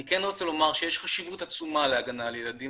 אני רוצה לומר שיש חשיבות עצומה להגנה על ילדים